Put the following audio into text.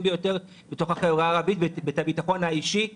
ביותר בתוך החברה הערבית ואת הביטחון האישי בחברה.